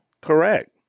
Correct